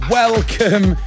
welcome